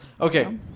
Okay